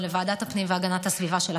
לוועדת הפנים והגנת הסביבה של הכנסת,